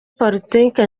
politiki